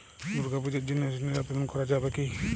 দুর্গাপূজার জন্য ঋণের আবেদন করা যাবে কি?